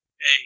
Hey